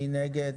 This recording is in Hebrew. מי נגד?